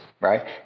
right